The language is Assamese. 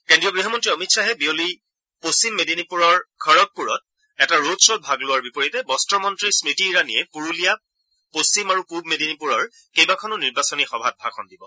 কেন্দ্ৰীয় গ্হমন্তী অমিত খাহে বিয়লি পশ্চিম মেদিনীপুৰৰ খড্গপুৰত এটা ৰডখ্বত ভাগ লোৱাৰ বিপৰীতে বক্সমন্ত্ৰী স্মৃতি ইৰাণীয়ে পুৰুলীয়া পশ্চিম আৰু পূব মেদিনীপুৰৰ কেইবাখনো নিৰ্বাচনী সভাত ভাষণ দিব